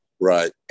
Right